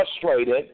frustrated